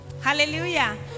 Hallelujah